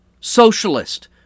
socialist